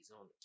on